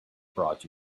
brought